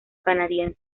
canadiense